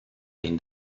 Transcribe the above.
این